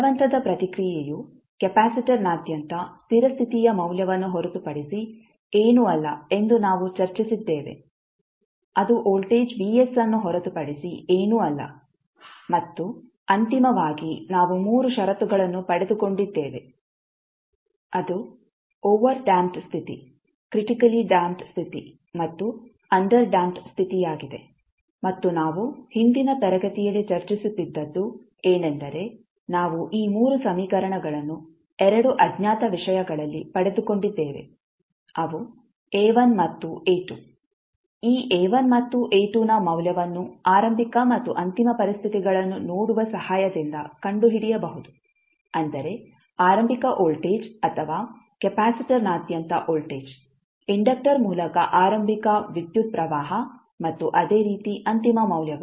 ಬಲವಂತದ ಪ್ರತಿಕ್ರಿಯೆಯು ಕೆಪಾಸಿಟರ್ನಾದ್ಯಂತ ಸ್ಥಿರ ಸ್ಥಿತಿಯ ಮೌಲ್ಯವನ್ನು ಹೊರತುಪಡಿಸಿ ಏನೂ ಅಲ್ಲ ಎಂದು ನಾವು ಚರ್ಚಿಸಿದ್ದೇವೆ ಅದು ವೋಲ್ಟೇಜ್ Vs ಅನ್ನು ಹೊರತುಪಡಿಸಿ ಏನೂ ಅಲ್ಲ ಮತ್ತು ಅಂತಿಮವಾಗಿ ನಾವು 3 ಷರತ್ತುಗಳನ್ನು ಪಡೆದುಕೊಂಡಿದ್ದೇವೆ ಅದು ಓವರ್ಡ್ಯಾಂಪ್ಡ್ ಸ್ಥಿತಿ ಕ್ರಿಟಿಕಲಿ ಡ್ಯಾಂಪ್ಡ್ ಸ್ಥಿತಿ ಮತ್ತು ಅಂಡರ್ ಡ್ಯಾಂಪ್ಡ್ ಸ್ಥಿತಿಯಾಗಿದೆ ಮತ್ತು ನಾವು ಹಿಂದಿನ ತರಗತಿಯಲ್ಲಿ ಚರ್ಚಿಸುತ್ತಿದ್ದದ್ದು ಏನೆಂದರೆ ನಾವು ಈ 3 ಸಮೀಕರಣಗಳನ್ನು 2 ಅಜ್ಞಾತ ವಿಷಯಗಳಲ್ಲಿ ಪಡೆದುಕೊಂಡಿದ್ದೇವೆ ಅವು A1 ಮತ್ತು A2 ಈ A1ಮತ್ತು A2 ನ ಮೌಲ್ಯವನ್ನು ಆರಂಭಿಕ ಮತ್ತು ಅಂತಿಮ ಪರಿಸ್ಥಿತಿಗಳನ್ನು ನೋಡುವ ಸಹಾಯದಿಂದ ಕಂಡುಹಿಡಿಯಬಹುದು ಅಂದರೆ ಆರಂಭಿಕ ವೋಲ್ಟೇಜ್ ಅಥವಾ ಕೆಪಾಸಿಟರ್ನಾದ್ಯಂತ ವೋಲ್ಟೇಜ್ ಇಂಡಕ್ಟರ್ ಮೂಲಕ ಆರಂಭಿಕ ವಿದ್ಯುತ್ ಪ್ರವಾಹ ಮತ್ತು ಅದೇ ರೀತಿ ಅಂತಿಮ ಮೌಲ್ಯಗಳು